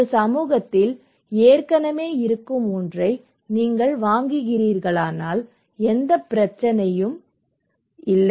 ஒரு சமூகத்தில் ஏற்கனவே இருக்கும் ஒன்றை நீங்கள் வாங்குகிறீர்களானால் எந்த பிரச்சனையும் இல்லை